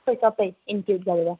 सबै सबै इन्क्लुड गरेर